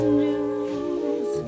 news